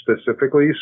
specifically